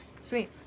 Sweet